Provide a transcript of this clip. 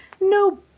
No